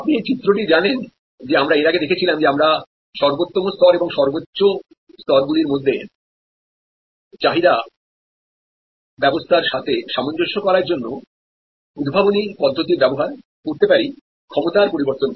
আপনি এই চিত্রটি জানেন যা আমরা এর আগে দেখেছিলাম যে আমরা সর্বোত্তম স্তর এবং সর্বোচ্চ স্তরগুলির মধ্যে চাহিদা ব্যবস্থার সাথে সামঞ্জস্য করার জন্য উদ্ভাবনী পদ্ধতির ব্যবহার করতে পারি ক্ষমতার পরিবর্তন করে